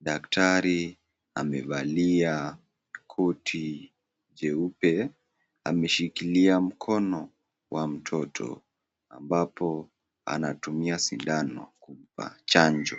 ,daktari amevalia koti jeupe ameshikilia mkono wa mtoto ambapo anatumia sindano kumpa chanjo.